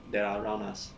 that are around us